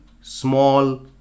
small